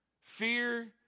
Fear